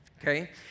okay